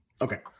Okay